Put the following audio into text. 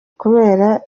kubera